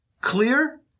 clear